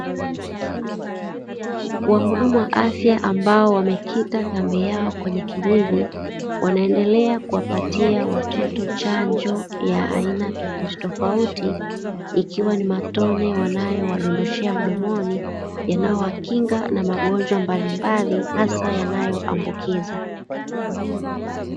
Wahudumu wa afya ambao wamekita kambi yao kwenye kijiji, wanaendelea kuwapatia watoto chanjo ya aina tofautitofauti, ikiwa ni matone wanayowadondoshea mdomoni, yanayowakinga na magonjwa mbalimbali haswa yanayoambukiza.